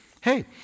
Hey